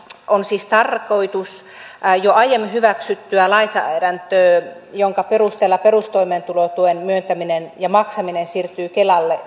on siis tarkoitus täydentää jo aiemmin hyväksyttyä lainsäädäntöä jonka perusteella perustoimeentulotuen myöntäminen ja maksaminen siirtyy kelalle